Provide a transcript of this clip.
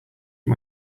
you